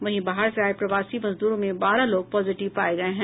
वहीं बाहर से आये प्रवासी मजदूरों में बारह लोग पॉजिटिव पाये गये हैं